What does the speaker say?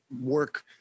work